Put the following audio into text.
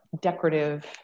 decorative